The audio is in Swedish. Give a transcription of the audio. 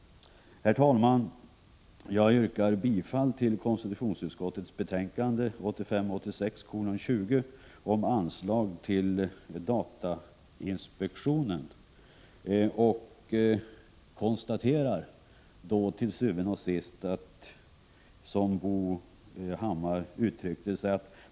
Herr talman! Jag yrkar bifall till hemställan i konstitutionsutskottets betänkande 1985/86:20 om anslag till datainspektionen. När man talar för en sjuk sak behöver man många ord, som Bo Hammar uttryckte det.